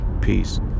Peace